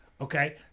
Okay